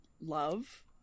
love